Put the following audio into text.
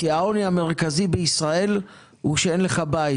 כי העוני המרכזי בישראל הוא שאין לך בית,